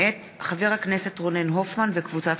מאת חברי הכנסת יריב לוין ויעקב ליצמן,